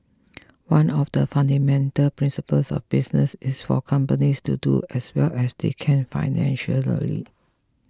one of the fundamental principles of business is for companies to do as well as they can financially